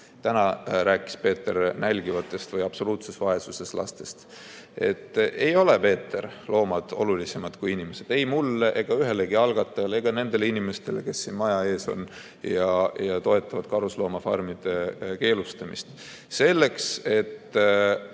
Täna rääkis Peeter nälgivatest või absoluutses vaesuses elavatest lastest. Ei ole, Peeter, loomad olulisemad kui inimesed – ei mulle, ühelegi algatajale ega nendele inimestele, kes siin maja ees on ja toetavad karusloomafarmide keelustamist. Seda, et